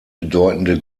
bedeutende